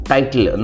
Title